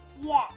Yes